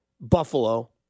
Buffalo